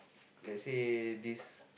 like say this